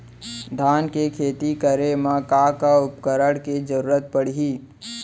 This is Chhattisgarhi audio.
धान के खेती करे मा का का उपकरण के जरूरत पड़हि?